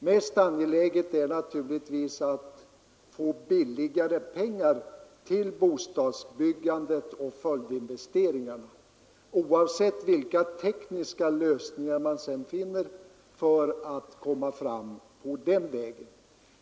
Mest angeläget är naturligtvis att få billigare pengar till bostadsbyggandet och följdinvesteringarna, oavsett vilka tekniska lösningar man finner för att komma fram på den vägen.